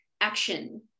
action